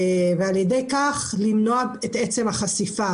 ועל ידי כך למנוע את עצם החשיפה,